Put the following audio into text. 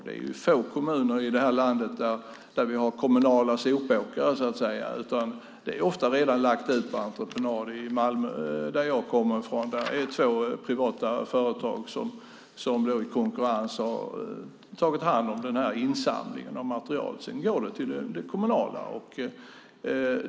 Det är få kommuner i det här landet där vi har kommunala sopåkare. Det är ofta redan utlagt på entreprenad. I Malmö, som jag kommer från, är det två privata företag som i konkurrens har tagit hand om insamlingen av material. Sedan går det till det kommunala.